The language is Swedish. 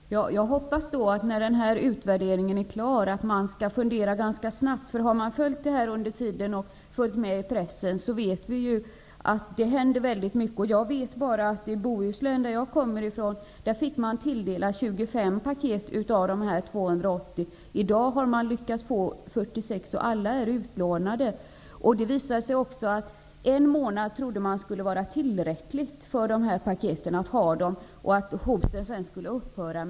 Fru talman! Jag hoppas att man funderar ganska snabbt när utvärderingen är klar. Har man följt frågan under en tid och följt med i pressen vet man att det händer väldigt mycket. Jag vet att man i Bohuslän, där jag kommer ifrån, fick sig tilldelat 25 paket av dessa 280. I dag har man lyckats få 46, och alla är utlånade. Man trodde att det skulle vara tillräckligt om kvinnorna fick ha paketen under en månad och att försöket sedan skulle upphöra.